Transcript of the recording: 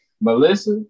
Melissa